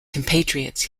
compatriots